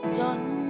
done